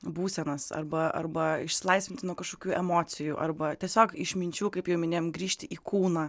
būsenas arba arba išsilaisvinti nuo kažkokių emocijų arba tiesiog išminčių kaip jau minėjom grįžti į kūną